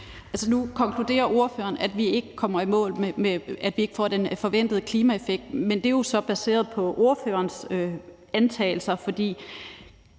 Nu konkluderer ordføreren, at vi ikke får den forventede klimaeffekt, men det er jo så baseret på ordførerens antagelser, for